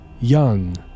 Young